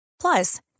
Plus